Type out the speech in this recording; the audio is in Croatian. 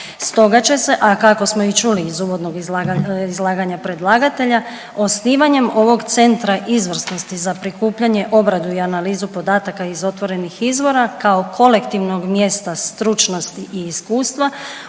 Stoga će se, a kako smo i čuli iz uvodnog izlaganja predlagatelja, osnivanjem ovog Centra izvrsnosti za prikupljanje, obradu i analizu podataka iz otvorenih izvora kao kolektivnog mjesta stručnosti i iskustva,